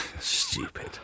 stupid